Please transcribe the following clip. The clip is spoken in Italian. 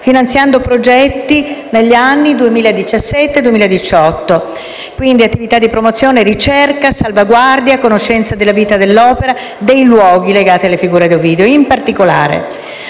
finanziando negli anni 2017 e 2018 progetti di promozione, ricerca, salvaguardia e conoscenza della vita, dell'opera e dei luoghi legati alla figura di Ovidio. In particolare,